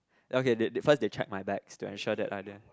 okay they they first they checked my bags to ensure that I didn't